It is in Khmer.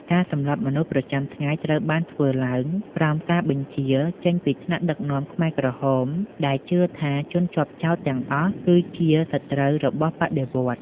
ការសម្លាប់មនុស្សប្រចាំថ្ងៃត្រូវបានធ្វើឡើងក្រោមការបញ្ជាចេញពីថ្នាក់ដឹកនាំខ្មែរក្រហមដែលជឿថាជនជាប់ចោទទាំងអស់គឺជាសត្រូវរបស់បដិវត្តន៍។